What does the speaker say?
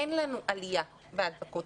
אין לנו עלייה בהדבקות.